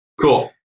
Cool